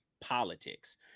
politics